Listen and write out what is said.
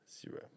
Zero